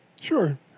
Sure